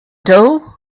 doe